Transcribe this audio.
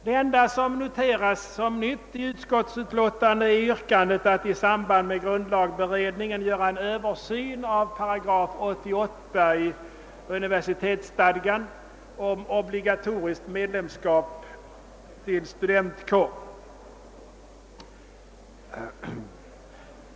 Det enda man i utlåtandet noterar som nytt är yrkandet att i samband med grundlagberedningen göra en översyn av 88 § i universitetsstadgan om obligatoriskt medlemskap i studentkår.